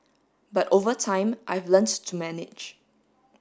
but over time I've learnt to manage